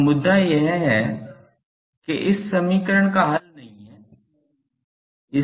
अब मुद्दा यह है कि इस समीकरण का हल नहीं है